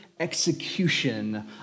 execution